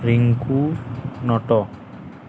Rinku Nata